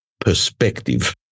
Perspective